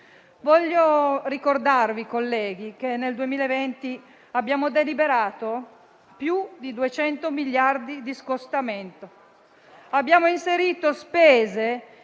Vorrei ricordarvi, colleghi, che nel 2020 abbiamo deliberato più di 200 miliardi di scostamento, abbiamo inserito spese